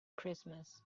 christmas